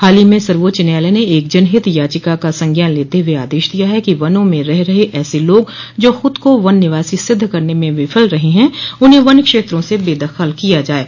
हाल ही में सर्वोच्च न्यायालय ने एक जनहित याचिका का संज्ञान लेते हुए आदेश दिया है कि वनों में रह रहे ऐसे लोग जो खद को वन निवासी सिद्ध करने में विफल रहे हैं उन्हें वन क्षेत्रों से बेदखल किया जाये